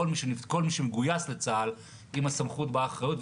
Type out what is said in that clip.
כל מי שמגויס לצה"ל עם הסמכות באה האחריות,